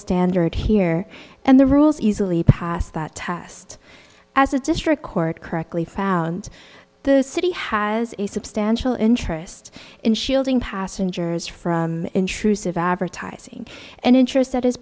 standard here and the rules easily passed that test as a district court correctly found the city has a substantial interest in shielding passengers from intrusive advertising and interests that is